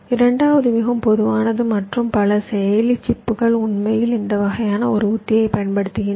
இரண்டாவது மிகவும் பொதுவானது மற்றும் பல செயலி சிப்புகள் உண்மையில் இந்த வகையான ஒரு உத்தியை பயன்படுத்துகின்றன